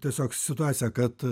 tiesiog situaciją kad